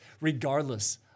regardless